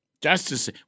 Justice